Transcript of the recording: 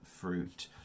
fruit